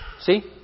See